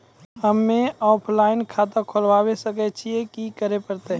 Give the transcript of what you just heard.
हम्मे ऑफलाइन खाता खोलबावे सकय छियै, की करे परतै?